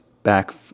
back